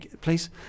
Please